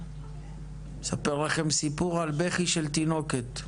אני אספר לכם סיפור על בכי של תינוקת.